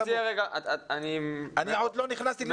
אני עוד לא נכנסתי לדוגמאות.